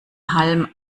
halm